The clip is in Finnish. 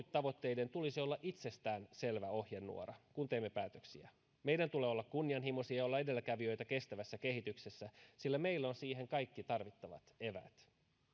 tavoitteiden tulisi olla itsestään selvä ohjenuora kun teemme päätöksiä meidän tulee olla kunnianhimoisia ja edelläkävijöitä kestävässä kehityksessä sillä meillä on siihen kaikki tarvittavat eväät